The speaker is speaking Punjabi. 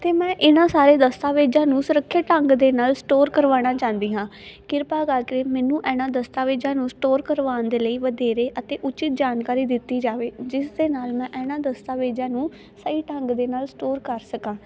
ਅਤੇ ਮੈਂ ਇਹਨਾਂ ਸਾਰੇ ਦਸਤਾਵੇਜ਼ਾਂ ਨੂੰ ਸੁਰੱਖਿਅਤ ਢੰਗ ਦੇ ਨਾਲ ਸਟੋਰ ਕਰਵਾਉਣਾ ਚਾਹੁੰਦੀ ਹਾਂ ਕਿਰਪਾ ਕਰਕੇ ਮੈਨੂੰ ਇਹਨਾਂ ਦਸਤਾਵੇਜ਼ਾਂ ਨੂੰ ਸਟੋਰ ਕਰਵਾਉਣ ਦੇ ਲਈ ਵਧੇਰੇ ਅਤੇ ਉਚਿਤ ਜਾਣਕਾਰੀ ਦਿੱਤੀ ਜਾਵੇ ਜਿਸ ਦੇ ਨਾਲ ਮੈਂ ਇਹਨਾਂ ਦਸਤਾਵੇਜ਼ਾਂ ਨੂੰ ਢੰਗ ਦੇ ਨਾਲ ਸਟੋਰ ਕਰ ਸਕਾਂ